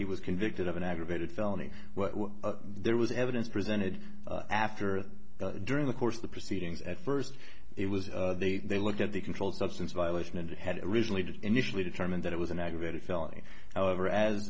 he was convicted of an aggravated felony well there was evidence presented after a during the course of the proceedings at first it was they they looked at the controlled substance violation and had originally to initially determine that it was an aggravated felony however as